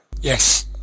yes